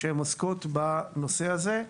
שעוסקות בנושא הזה.